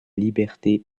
liberté